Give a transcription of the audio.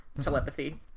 telepathy